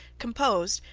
composed,